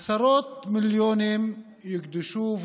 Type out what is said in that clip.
עשרות מיליונים יוקדשו,